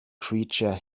creature